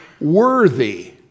worthy